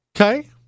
Okay